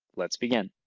let's begin.